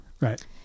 right